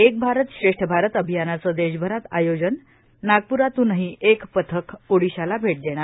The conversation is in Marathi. एक भारत श्रेष्ठ भारत अभियानाचं देशभरात आयोजन नागप्रात्नही एक पथक ओडिशाला भेट देणार